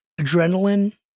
adrenaline